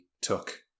took